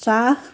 চাহ